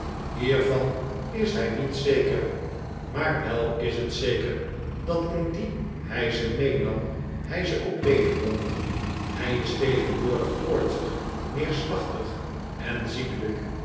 hiervan is hij niet zeker maar wel is het zeker dat indien hij ze meenam hij ze ook leegdronk hij is tegenwoordig koortsig neerslachtig en ziekelijk